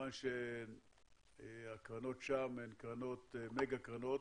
כמובן שהקרנות שם הן מגה קרנות,